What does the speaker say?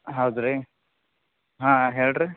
ಹೌದಾ ರೀ ಹಾಂ ಹೇಳಿರಿ